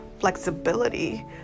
flexibility